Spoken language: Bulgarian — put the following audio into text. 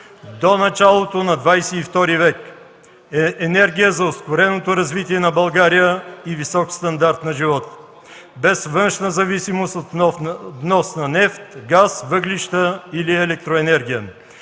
до началото на ХХІІ век, енергия за ускореното развитие на България и висок стандарт на живот, без външна зависимост от вносна нефт, газ, въглища или електроенергия,